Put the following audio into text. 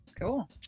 cool